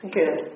good